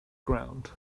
ground